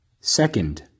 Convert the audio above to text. Second